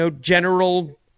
general